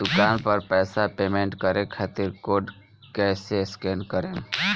दूकान पर पैसा पेमेंट करे खातिर कोड कैसे स्कैन करेम?